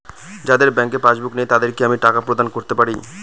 যাদের bank passbook নেই তাদের কি আমি টাকা প্রদান করতে পারি?